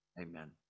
Amen